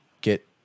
get